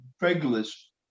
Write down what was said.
regulars